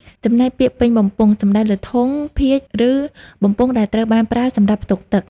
ចំណែកពាក្យ ពេញបំពង់ សំដៅលើធុង ភាជន៍ ឬបំពង់ដែលត្រូវបានប្រើសម្រាប់ផ្ទុកទឹក។